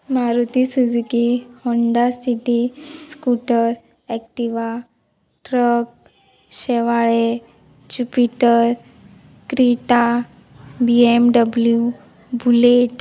Maruti Suzuki Honda City scooter Activa truck शेवाळे Jupiter Creta B M W bullet